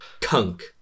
Kunk